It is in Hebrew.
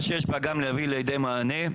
מה שיש בה גם להביא לידי מענה,